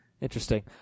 Interesting